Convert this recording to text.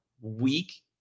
weak